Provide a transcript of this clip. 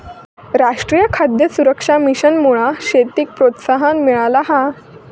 राष्ट्रीय खाद्य सुरक्षा मिशनमुळा शेतीक प्रोत्साहन मिळाला हा